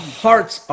hearts